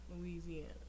Louisiana